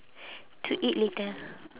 to eat later